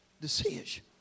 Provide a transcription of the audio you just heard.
decision